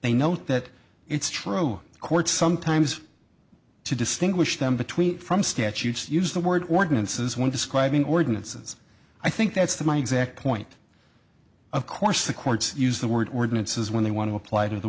they note that it's true the courts sometimes to distinguish them between from statutes use the word ordinances when describing ordinances i think that's the my exact point of course the courts use the word ordinances when they want to apply to the